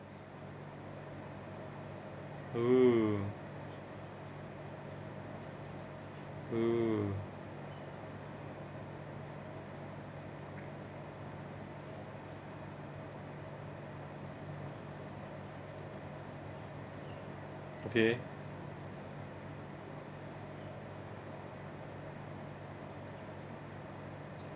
oh oh okay